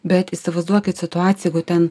bet įsivaizduokit situaciją jeigu ten